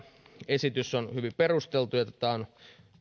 esitys on hyvin perusteltu ja tätä on